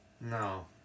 No